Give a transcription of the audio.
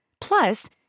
Plus